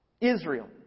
Israel